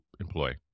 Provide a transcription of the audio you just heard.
employee